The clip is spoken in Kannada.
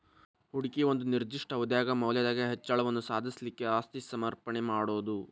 ಹೂಡಿಕಿ ಒಂದ ನಿರ್ದಿಷ್ಟ ಅವಧ್ಯಾಗ್ ಮೌಲ್ಯದಾಗ್ ಹೆಚ್ಚಳವನ್ನ ಸಾಧಿಸ್ಲಿಕ್ಕೆ ಆಸ್ತಿ ಸಮರ್ಪಣೆ ಮಾಡೊದು